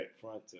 Front